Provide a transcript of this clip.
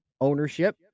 ownership